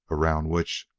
around which,